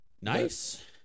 Nice